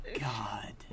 God